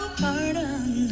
pardon